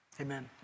amen